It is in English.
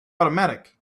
automatic